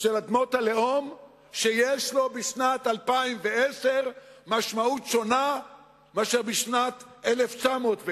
של אדמות הלאום שיש לו בשנת 2010 משמעות שונה מאשר בשנת 1910,